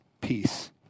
peace